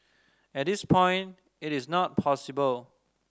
at this point it is not possible